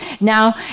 now